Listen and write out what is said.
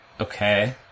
Okay